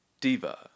Diva